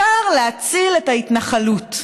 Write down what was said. העיקר להציל את ההתנחלות.